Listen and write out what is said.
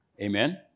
Amen